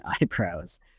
eyebrows